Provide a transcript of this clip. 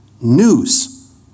news